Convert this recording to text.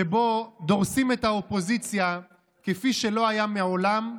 שבו דורסים את האופוזיציה כפי שלא היה מעולם,